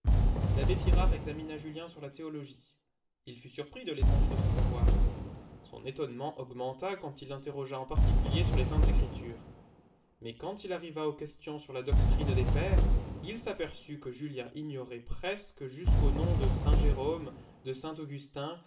l'abbé pirard examina julien sur la théologie il fut surpris de l'étendue de son savoir son étonnement augmenta quand il l'interrogea en particulier sur les saintes écritures mais quand il arriva aux questions sur la doctrine des pères il s'aperçut que julien ignorait presque jusqu'aux noms de saint jérôme de